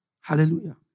Hallelujah